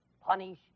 punish